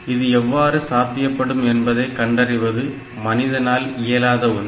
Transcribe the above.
இது எவ்வாறு சாத்தியப்படும் என்பதை கண்டறிவது மனிதனால் இயலாத ஒன்று